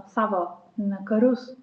savo na karius